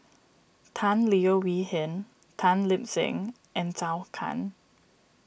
Tan Leo Wee Hin Tan Lip Seng and Zhou Can